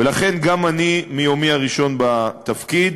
ולכן גם אני, מיומי הראשון בתפקיד,